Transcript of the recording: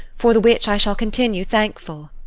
for the which i shall continue thankful.